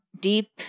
deep